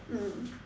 mmhmm